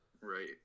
right